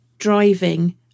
driving